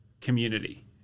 community